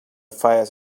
fires